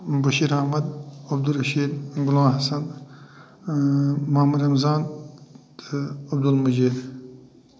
بشیٖر احمد عبدالرشیٖد غلام حسن محمد رمضان تہٕ عبدالمجیٖد